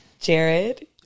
Jared